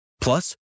Plus